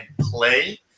play